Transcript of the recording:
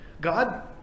God